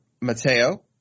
Mateo